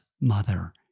mother